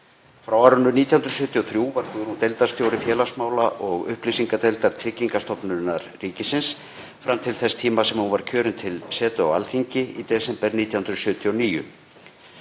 Frá árinu 1973 var Guðrún deildarstjóri félagsmála- og upplýsingadeildar Tryggingastofnunar ríkisins fram til þess að hún var kjörin til setu á Alþingi í desember 1979.